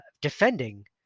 defending